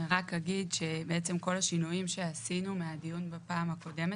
אני רק אגיד שבעצם כל השינויים שעשינו מהדיון בפעם הקודמת,